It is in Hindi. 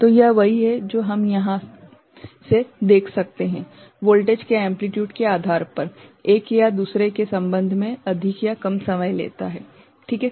तो यह वही है जो हम यहां से देख सकते हैं वोल्टेज के एम्प्लिट्यूड के आधार पर एक या दूसरे के संबंध में अधिक या कम समय लेता है ठीक है